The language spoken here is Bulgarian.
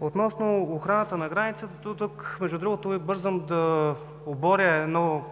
Относно охраната на границата, тук бързам да оборя едно